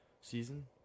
season